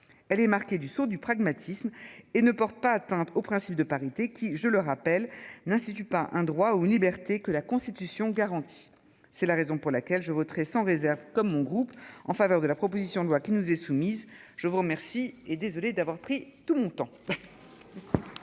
Elle est marquée du sceau du pragmatisme et ne porte pas atteinte au principe de parité qui je le rappelle l'institut pas un droit ou liberté que la Constitution garantit. C'est la raison pour laquelle je voterai sans réserve comme groupe en faveur de la proposition de loi qui nous est soumise. Je vous remercie et désolé d'avoir pris tout mon temps.